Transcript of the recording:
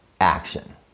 action